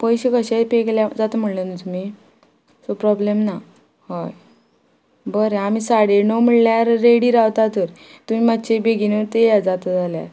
पयशे कशेय पे केल्यार जाता म्हुणले तुमी सो प्रोब्लेम ना हय बरें आमी साडे णव म्हणल्यार रेडी रावता तर तुमी मात्शे बेगीनूत ये जाता जाल्यार